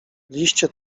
liście